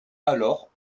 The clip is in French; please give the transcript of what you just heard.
alors